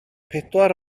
pedwar